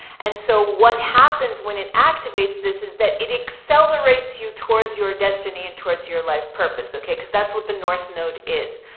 and so what happens when it activates this is that it accelerates you towards your destiny and towards your life purpose. okay. cause that's what the north node is.